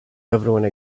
everyone